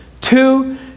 Two